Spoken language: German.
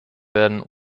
werden